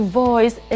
voice